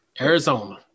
Arizona